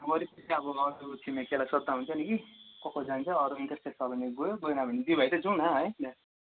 अब अलिक चाहिँ अब अरू छिमेकीहरूलाई सोध्दा हुन्छ नि कि को को जान्छ अरू इन्ट्रेस्टेड छ भने गयो गएन भने दुइ भाइ चाहिँ जाउँ न है बिहान